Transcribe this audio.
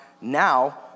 now